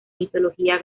mitología